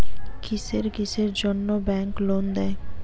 কিসের কিসের জন্যে ব্যাংক লোন দেয়?